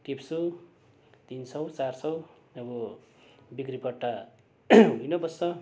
तिन सौ चार सौ अब बिक्रीबट्टा भई नै बस्छ